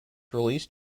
released